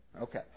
Okay